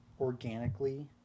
organically